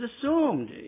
assumed